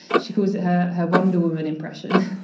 she calls it her her wonder-woman impression.